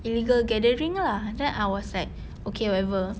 illegal gathering lah then I was like okay whatever